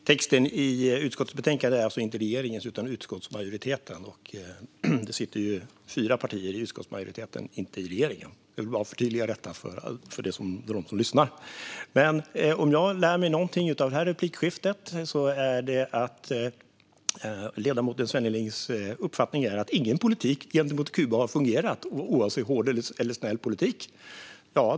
Fru talman! Texten i utskottsbetänkandet är alltså inte regeringens, utan utskottsmajoritetens. Det sitter fyra partier i utskottsmajoriteten - inte i regeringen. Jag vill bara förtydliga detta för dem som lyssnar. Men om jag lär mig någonting av detta replikskifte är det att ledamoten Svennelings uppfattning är att ingen politik gentemot Kuba har fungerat, oavsett om den har varit hård eller snäll.